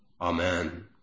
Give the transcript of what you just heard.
Amen